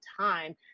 time